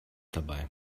dabei